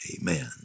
Amen